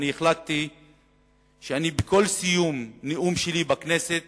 החלטתי שבכל סיום נאום שלי בכנסת